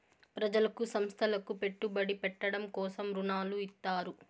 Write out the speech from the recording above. ప్రజలకు సంస్థలకు పెట్టుబడి పెట్టడం కోసం రుణాలు ఇత్తారు